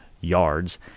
yards